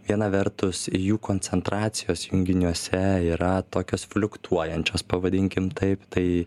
viena vertus jų koncentracijos junginiuose yra tokios fliuktuojančios pavadinkim taip tai